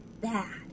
bad